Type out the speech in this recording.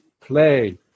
play